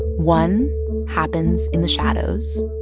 one happens in the shadows,